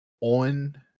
on